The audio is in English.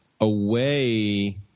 away